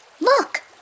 Look